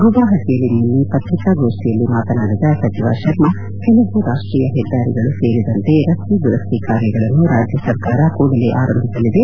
ಗುವಾಹಟಿಯಲ್ಲಿ ನಿನ್ನೆ ಪತ್ರಿಕಾಗೋಷ್ಠಿಯ ಮಾತನಾಡಿದ ಸಚಿವ ಶರ್ಮಾ ಕೆಲವು ರಾಷ್ಟೀಯ ಹೆದ್ದಾರಿಗಳು ಸೇರಿದಂತೆ ರಸ್ತೆ ದುರಸ್ಹಿ ಕಾರ್ಯಗಳನ್ನು ರಾಜ್ಯ ಸರ್ಕಾರ ಕೂಡಲೇ ಆರಂಭಿಸಲಿದೆ